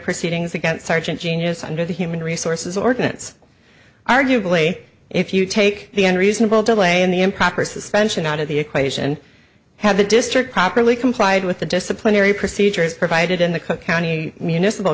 proceedings against sergeant genius under the human resources ordinance arguably if you take the any reasonable delay in the improper suspension out of the equation have the district properly complied with the disciplinary procedures provided in the cook county municipal